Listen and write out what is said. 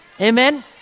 Amen